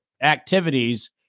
activities